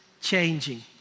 changing